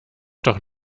doch